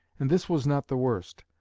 and this was not the worst.